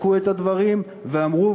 בדקו את הדברים ואמרו,